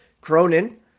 Cronin